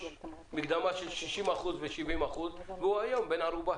מקדמה של 60% או 70% והוא היום בן ערובה.